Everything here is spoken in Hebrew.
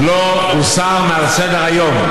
לא הוסר מעל סדר-היום.